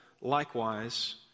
likewise